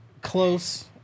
close